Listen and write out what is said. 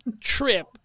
trip